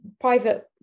private